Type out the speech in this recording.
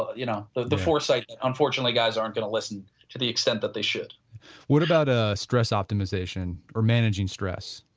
ah you know the the foresight unfortunate guys aren't going to listen to the extent that they should what about the ah stress optimization or managing stress?